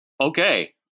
Okay